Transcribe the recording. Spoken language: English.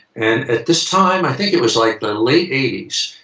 and at this time, i think it was like late eighty s,